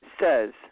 says